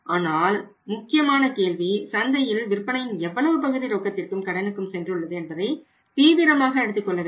ஆனால் முக்கியமான கேள்வி சந்தையில் விற்பனையின் எவ்வளவு பகுதி ரொக்கத்திற்கும் கடனுக்கும் சென்றுள்ளது என்பதை தீவிரமாக எடுத்துக் கொள்ள வேண்டும்